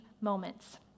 moments